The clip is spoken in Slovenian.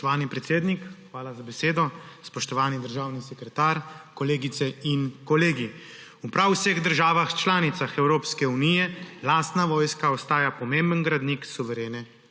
hvala za besedo. Spoštovani državni sekretar, kolegice in kolegi! V prav vseh državah članicah Evropske unije lastna vojska ostaja pomemben gradnik suverene